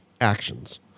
actions